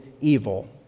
evil